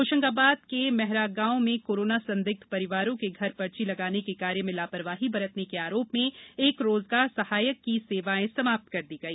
होशंगाबाद के मेहरागांव में कोरोना संदिग्ध परिवारों के घर पर्ची लगाने के कार्य में लापरवाही बरतने के आरोप में एक रोजगार सहायक की सेवायें समाप्त कर दी गई